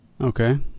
Okay